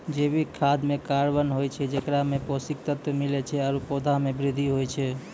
जैविक खाद म कार्बन होय छै जेकरा सें पोषक तत्व मिलै छै आरु पौधा म वृद्धि होय छै